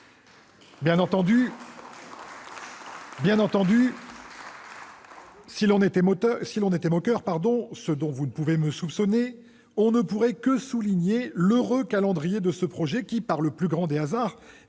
#CajoleTonÉlu ! Si l'on était moqueur, ce dont vous ne pouvez me soupçonner, on ne pourrait que souligner l'heureux calendrier de ce projet de loi, qui, par le plus grand des hasards